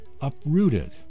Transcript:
uprooted